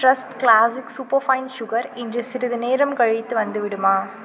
trust classic super fine sugar இன்று சிறிது நேரம் கழித்து வந்துவிடுமா